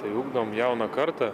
tai ugdom jauną kartą